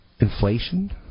inflation